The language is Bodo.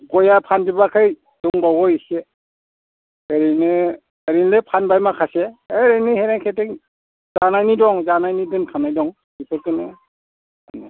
गयआ फानजोबाखै दंबावो एसे ओरैनो ओरैनो फानबाय माखासे ओइ ओरैनो खेथें जानायनि दं जानायनि दोनखानाय दं बेखौनो